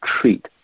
treat